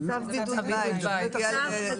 זה